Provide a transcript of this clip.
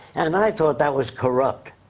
and and i thought that was corrupt,